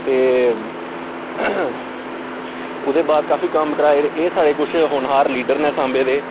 ते ओह्दे बाद काफी कम्म कराए एह् साढ़े कुछ होनहार लीडर ने सांबे दे